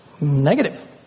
Negative